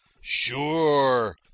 sure